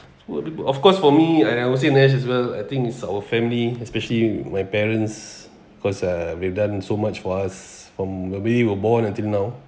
what about of course for me and I would say nesh as well I think it's our family especially my parents cause uh we've done so much for us from maybe we were born until now